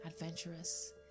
adventurous